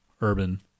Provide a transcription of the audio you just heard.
Urban